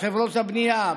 בחברות הבנייה,